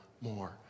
more